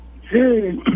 Hey